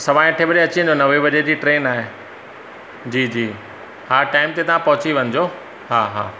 सवा अठे बजे अची वञिजो नवें बजे जी ट्रेन आहे जी जी हा टाइम ते तव्हां पहुची वञिजो हा हा